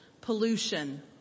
pollution